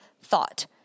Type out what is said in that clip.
thought